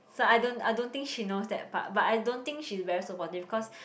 so I don't I don't think she knows that but but I don't think she's very supportive because